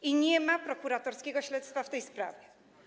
I nie ma prokuratorskiego śledztwa w tej sprawie.